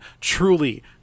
truly